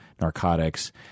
narcotics